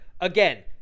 again